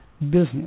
business